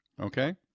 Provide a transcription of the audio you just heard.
okay